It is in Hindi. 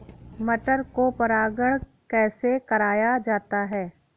मटर को परागण कैसे कराया जाता है?